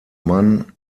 mann